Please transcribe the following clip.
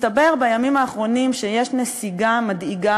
מסתבר בימים האחרונים שיש נסיגה מדאיגה